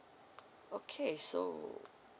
okay so